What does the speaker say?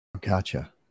Gotcha